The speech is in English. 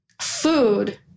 food